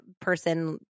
person